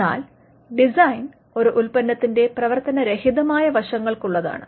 എന്നാൽ ഡിസൈൻ ഒരു ഉൽപ്പന്നത്തിന്റെ പ്രവർത്തനരഹിതമായ വശങ്ങൾക്ക് ഉള്ളതാണ്